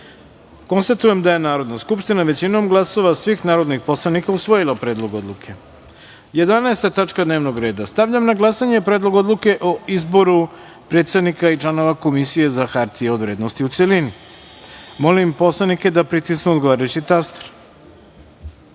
poslanik. Konstatujem da je Narodna skupština većinom glasova svih narodnih poslanika usvojila Predlog odluke. Jedanaesta tačka dnevnog reda. Stavljam na glasanje Predlog odluke o izboru predsednika i članova Komisije za hartije od vrednosti, u celini. Molim narodne poslanike da pritisnu odgovarajući